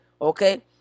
Okay